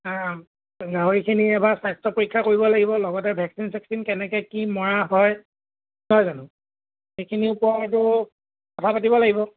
গাহৰিখিনি এবাৰ স্বাস্থ্য পৰীক্ষা কৰিব লাগিব লগতে ভেকচিন চেকচিন কেনেকৈ কি মৰা হয় নহয় জানো সেইখিনিৰ ওপৰতো কথা পাতিব লাগিব